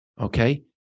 Okay